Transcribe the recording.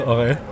Okay